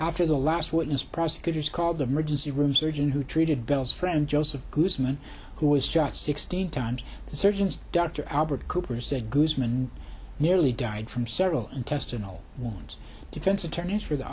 after the last witness prosecutors called emergency room surgeon who treated bell's friend joseph guzman who was shot sixty times surgeons dr albert cooper said guzman nearly died from several intestinal want defense attorneys for the